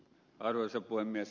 arvoisa puhemies